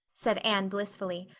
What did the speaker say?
said anne blissfully,